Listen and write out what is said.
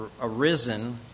arisen